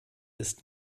ist